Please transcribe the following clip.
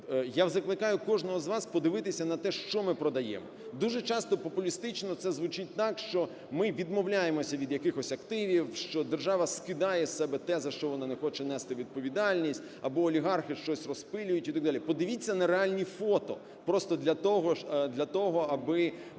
Я закликаю кожного з вас подивитися на те, що ми продаємо. Дуже часто популістично це звучить так, що ми відмовляємося від якихось активів, що держава скидає з себе те, за що вона не хоче нести відповідальність, або олігархи щось розпилюють і так далі. Подивіться на реальні фото. Просто для того, аби